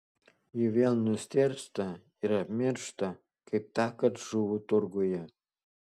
ji vėl nustėrsta ir apmiršta kaip tąkart žuvų turguje